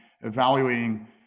evaluating